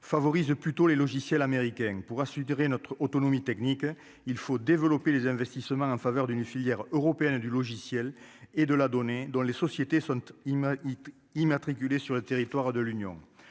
favorise plutôt les logiciels américains pour assurer notre autonomie technique, il faut développer les investissements en faveur d'une filière européenne du logiciel et de la donner dans les sociétés sont il m'a il immatriculé sur le territoire de l'Union